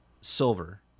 silver